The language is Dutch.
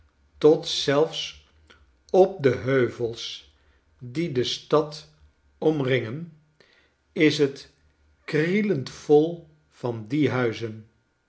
tot zelfs op de heuvels die de stad omringen is het krielend vol van die huizen